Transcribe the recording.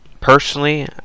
personally